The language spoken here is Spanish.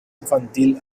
infantil